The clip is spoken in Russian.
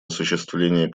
осуществления